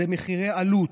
הן במחירי עלות.